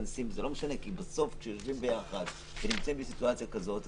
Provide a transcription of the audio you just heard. בסוף כשיושבים ביחד ונמצאים בסיטואציה כזאת,